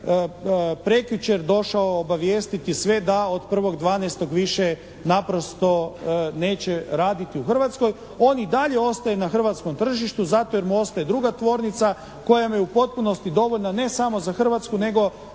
prekjučer došao obavijestiti sve da od 1.12. više naprosto neće raditi u Hrvatskoj. On i dalje ostaje na hrvatskom tržištu zato jer mu ostaje druga tvornica koja mu je u potpunosti dovoljna ne samo za Hrvatsku nego